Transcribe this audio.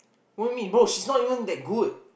what do you know bro she's not even that good